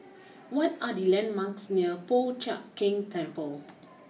what are the landmarks near Po Chiak Keng Temple